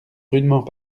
rudement